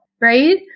right